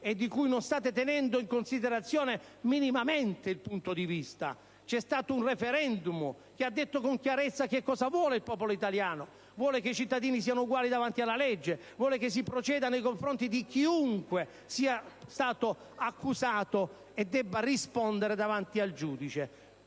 e di cui non state tenendo minimamente in considerazione il punto di vista. Si è svolto un *referendum* che ha detto con chiarezza che cosa vuole il popolo italiano: vuole che i cittadini siano uguali davanti alla legge, vuole che si proceda nei confronti di chiunque sia stato accusato o in modo che questi sia